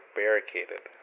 barricaded